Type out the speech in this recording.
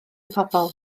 pobl